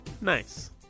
nice